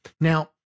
Now